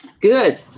good